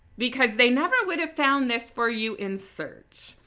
because they never would have found this for you in search.